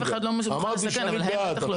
אף אחד לא מוכן לסכן, אבל הם בטח לא יוכלו.